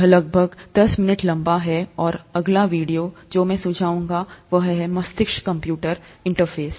यह लगभग दस मिनट लंबा है और अगला वीडियो जो मैं सुझाऊंगा वह है मस्तिष्क कंप्यूटर इंटरफ़ेस